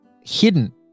hidden